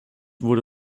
wurde